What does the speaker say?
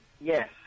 Yes